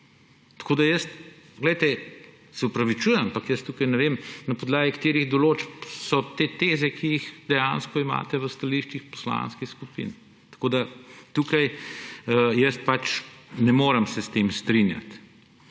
Tako da se jaz opravičujem, ampak jaz tukaj ne vem ,na podlagi katerih določb so te teze, ki jih dejansko imate v stališčih poslanskih skupin. Tukaj se jaz ne morem s tem strinjati.